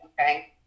Okay